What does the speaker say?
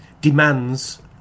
demands